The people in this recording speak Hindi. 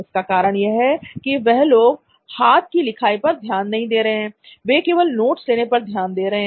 इसका कारण यह है कि वह लोग हाथ की लिखाई पर ध्यान नहीं दे रहे हैं वे केवल नोट्स लेने पर ध्यान दे रहे हैं